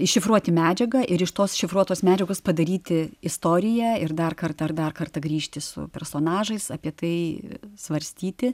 iššifruoti medžiagą ir iš tos šifruotos medžiagos padaryti istoriją ir dar kartą ar dar kartą grįžti su personažais apie tai svarstyti